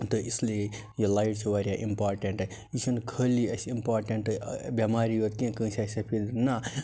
تہٕ اِس لیے یہِ لایٹ چھِ واریاہ امپاٹنٛٹ یہِ چھُنہٕ خٲلی اَسہِ امپاٹنٛٹ بٮ۪مارِ یوت کیٚنٛہہ کٲنٛسہِ آسہِ سَفیدی نَہ